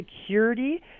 security